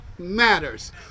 matters